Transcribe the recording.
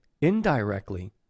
indirectly